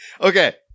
Okay